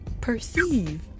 perceive